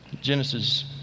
Genesis